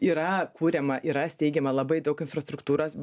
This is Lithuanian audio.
yra kuriama yra steigiama labai daug infrastruktūros